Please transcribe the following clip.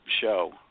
show